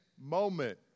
moment